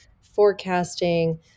forecasting